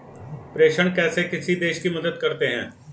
प्रेषण कैसे किसी देश की मदद करते हैं?